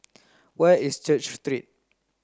where is Church Street